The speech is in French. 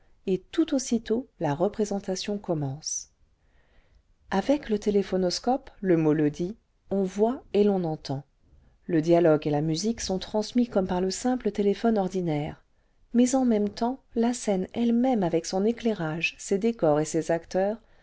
et tout aussitôt la représentation conimence avec le téléphonoscope le mot le dit on voit et l'on entend le dialogue et la musique sont transmis comme par le simple téléjdhone ordinaire mais en même temps la scène elle-même avec son éclairage ses décors et ses acteurs